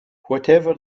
whatever